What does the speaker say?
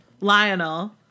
Lionel